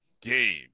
game